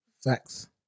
Facts